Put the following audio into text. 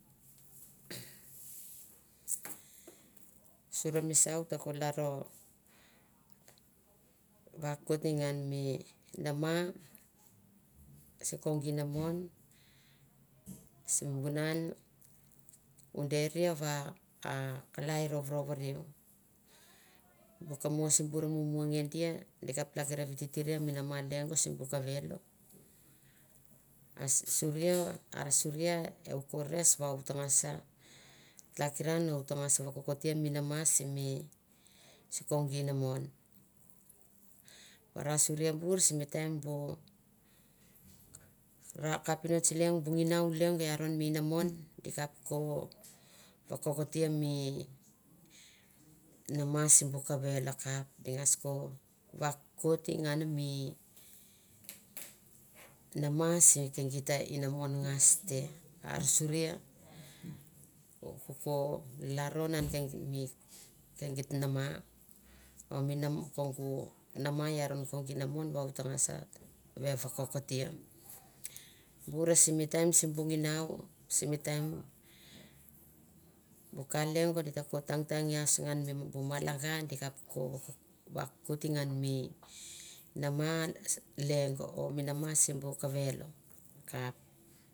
surie misa u ta laro vakokoti ngan mi nama sikong ina mon sim vunan u deria va a kalai rovrovorin bu talakiran viritirie mi nama lengo sibu kavelo ar sp suria ar suria u ko res va u ta ngas tlakiran u tagas vakokotia mi nama simi sikong inamon varasuria bur simi taim bu ra kapinots lengo bu nginau lengo i aron mi ina mon di kap ko vokokoria mi nama sibu kavelo kap di ngas ko vakori nganme nama sigeita inamon ngas te an suria u u uko lanom an keng mi kegit na ma o mi nam kongu nama i aron mi ina mon di kap ko vokokoria mil nama sibu kavelo a kap di ngas ko vakori ngan me nama sike gita inaon ngas te an surie u uko. inamon vao ta ngasa ve vokokotiea bure sim taim sibu nginau simi lengo va oli ta ko tangtangiasangan m mi bu malagan di kap ko vakotie ngan mi nama lengo mi nama sibu kavelo kap.